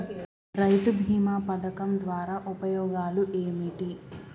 రైతు బీమా పథకం ద్వారా ఉపయోగాలు ఏమిటి?